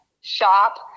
shop